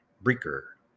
breaker